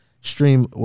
stream